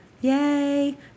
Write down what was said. Yay